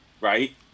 right